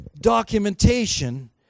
documentation